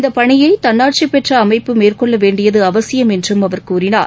இந்த பணியை தன்னாட்சி பெற்ற அமைப்பு மேற்கொள்ள வேண்டியது அவசியம் என்றும் அவர் கூறினார்